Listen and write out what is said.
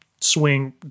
swing